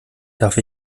darf